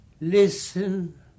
listen